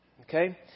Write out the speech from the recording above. Okay